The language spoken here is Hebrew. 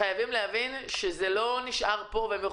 שזה לא נשאר פה.